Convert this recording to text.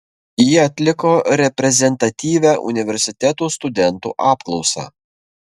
jie atliko reprezentatyvią universitetų studentų apklausą